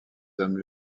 hommes